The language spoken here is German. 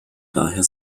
daher